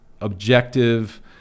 objective